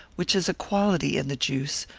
which is a quality in the juice,